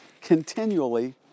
continually